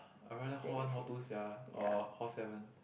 I rather hall one hall two sia or hall seven